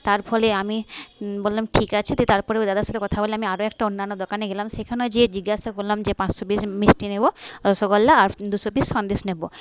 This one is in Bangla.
তার ফলে আমি বললাম ঠিক আছে তারপরে ওই দাদার সঙ্গে কথা বলে আমি আরও একটা অন্যান্য দোকানে গেলাম সেখানে গিয়ে জিজ্ঞাসা করলাম যে পাঁচশো পিস মিষ্টি নেব রসগোল্লা আর দুশো পিস সন্দেশ নেব